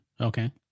Okay